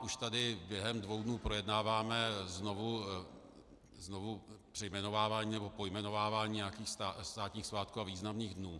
Už tady během dvou dnů projednáváme znovu přejmenovávání nebo pojmenovávání nějakých státních svátků a významných dnů.